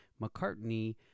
McCartney